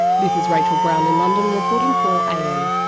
this is rachael brown in london reporting for am.